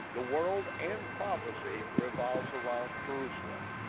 the world and prophecy revolves around jerusalem.